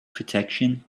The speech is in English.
protection